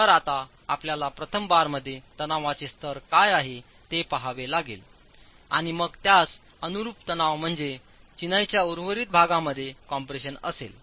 तर आता आपल्याला प्रथम बारमध्ये तणावाचे स्तर काय आहे ते पहावे लागेल आणि मग त्यास अनुरूप तणाव म्हणजे चिनाईच्या उर्वरित भागामध्ये कम्प्रेशन असेल